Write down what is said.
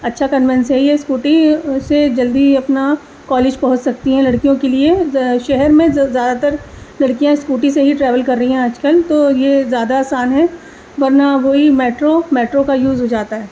اچھا کنوینس ہے یہ اسکوٹی سے جلدی اپنا کالج پہنچ سکتی ہیں لڑکیوں کے لیے شہر میں زیادہ تر لڑکیاں اسکوٹی سے ہی ٹریول کر رہی ہیں آج کل تو یہ زیادہ آسان ہے ورنہ وہی میٹرو میٹرو کا یوز ہو جاتا ہے